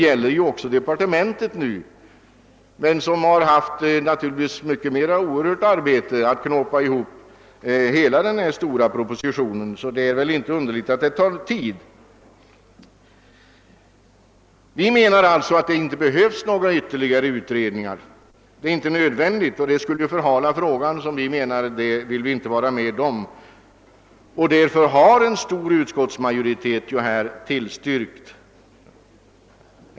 Men departementet har naturligtvis haft mycket arbete med att knåpa ihop propositionen, och det är inte underligt att detta tagit tid. Vi menar således att det inte behövs några ytterligare utredningar — sådana skulle förhala frågan, och det vill vi inte vara med om. Därför står en stor majoritet bakom = utskottets förslag.